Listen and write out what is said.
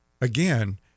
Again